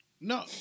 No